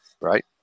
Right